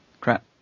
crap